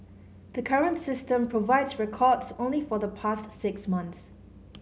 the current system provides records only for the past six months